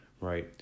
Right